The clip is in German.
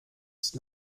ist